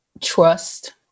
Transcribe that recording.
Trust